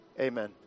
Amen